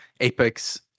apex